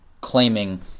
claiming